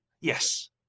Yes